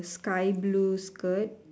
sky blue skirt